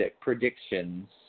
predictions